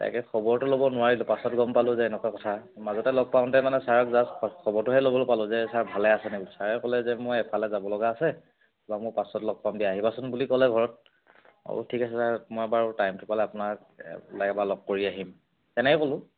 তাকে খবৰটো ল'ব নোৱাৰিলোঁ পাছত গম পালোঁ যে এনেকুৱা কথা মাজতে লগ পাওঁতে মানে ছাৰক জাষ্ট খবৰটোহে ল'বলৈ পালোঁ যে ছাৰ ভালে আছেনে ছাৰে ক'লে যে মই এফালে যাব লগা আছে বা মোৰ পাছত লগ পাম দিয়া আহিবাচোন বুলি ক'লে ঘৰত অ' বোলো ঠিক আছে ছাৰ মই বাৰু টাইমটো পালে আপোনাক ওলাই এবাৰ লগ কৰি আহিম তেনেকৈ ক'লোঁ